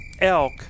elk